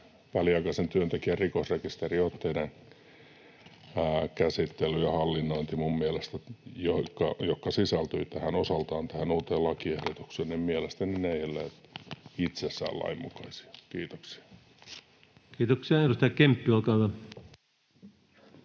väliaikaisen työntekijän rikosrekisteriotteiden käsittely ja hallinnointi, jotka sisältyvät osaltaan tähän uuteen lakiehdotukseen, eivät mielestäni olleet itsessään lainmukaisia. — Kiitoksia. [Speech 29] Speaker: